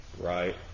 right